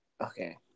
Okay